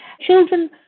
Children